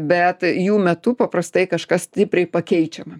bet jų metu paprastai kažkas stipriai pakeičiama